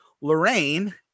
Lorraine